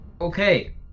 Okay